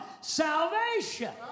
salvation